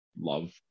love